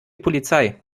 polizei